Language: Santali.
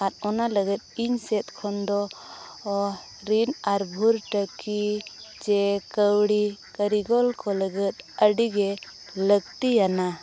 ᱟᱨ ᱚᱱᱟ ᱞᱟᱹᱜᱤᱫ ᱤᱧᱥᱮᱫ ᱠᱷᱚᱱ ᱫᱚ ᱨᱤᱱ ᱟᱨ ᱵᱷᱚᱨᱛᱩᱠᱤ ᱪᱮ ᱠᱟᱹᱣᱰᱤ ᱠᱟᱨᱤᱜᱚᱞ ᱠᱚ ᱞᱟᱹᱜᱤᱫ ᱟᱹᱰᱤᱜᱮ ᱞᱟᱹᱠᱛᱤᱭᱟᱱᱟ